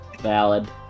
Valid